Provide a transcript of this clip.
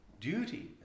duty